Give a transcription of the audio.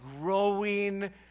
growing